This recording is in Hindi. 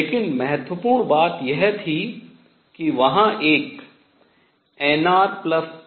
लेकिन महत्वपूर्ण बात यह थी कि वहाँ एक nrn